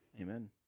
Amen